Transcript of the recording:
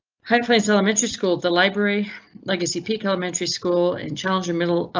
high plains elementary school. the library legacy peak elementary school in challenger middle.